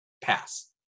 pass